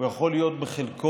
הוא יכול להיות בחלקו